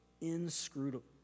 inscrutable